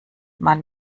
man